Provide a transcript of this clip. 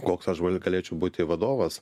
koks aš galėčiau būti vadovas